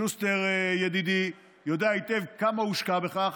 שוסטר ידידי יודע היטב כמה הושקע בכך.